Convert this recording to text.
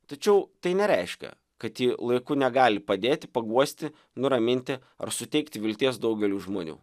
tačiau tai nereiškia kad ji laiku negali padėti paguosti nuraminti ar suteikti vilties daugeliui žmonių